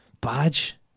badge